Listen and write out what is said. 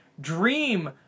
dream